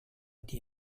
die